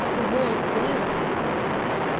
the world's loyalty that had died.